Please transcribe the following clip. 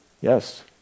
Yes